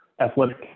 athletic